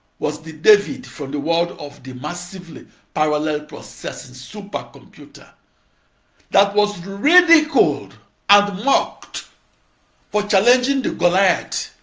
was the david from the world of the massively parallel processing supercomputer that was ridiculed and mocked for challenging the goliath